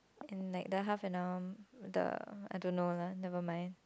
like the half an hour the I don't know lah never mind